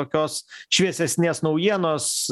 tokios šviesesnės naujienos